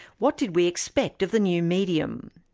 what did we expect of the new medium?